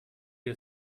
wir